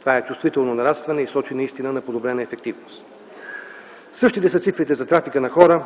Това е чувствително нарастване и сочи наистина подобрена ефективност. Същите са цифрите за трафика на хора,